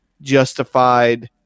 justified